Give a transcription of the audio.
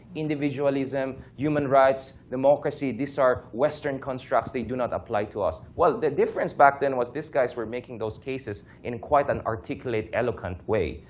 individualism, human rights, democracy, these are western constructs. they do not apply to us. well, the difference back then was, these guys were making those cases in quite an articulate, eloquent way.